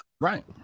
right